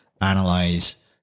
analyze